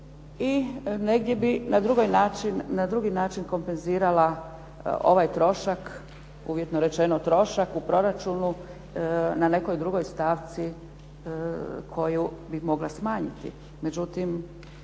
i negdje bi na drugi način kompenzirala ovaj trošak, uvjetno rečeno trošak u proračunu na nekoj drugoj stavci koju bi mogla smanjiti.